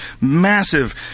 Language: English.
massive